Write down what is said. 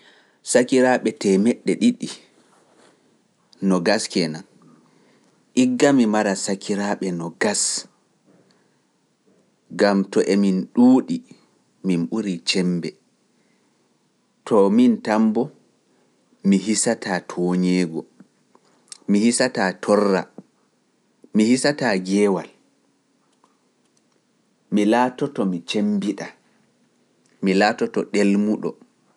Sakiraaɓe teemeɗɗe ɗiɗi, nogas keenan, igga mi mara sakiraaɓe nogas, ngam to e min ɗuuɗi min ɓurii cemmbe. To miin tan boo mi hisataa toonyeengo, mi hisataa torra, mi hisataa ngeewal, mi laatoto mi cemmbiɗaa, mi laatoto ɗelmuɗo.